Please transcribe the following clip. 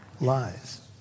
Lies